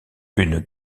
une